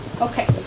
Okay